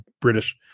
British